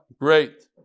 Great